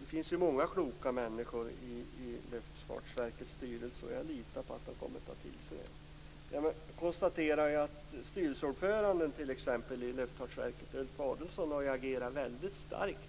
Det finns många kloka människor i Luftfartsverkets styrelse, och jag litar på att de kommer att ta till sig det. Jag konstaterar t.ex. att styrelseordföranden i Luftfartsverket Ulf Adelsohn har agerat väldigt starkt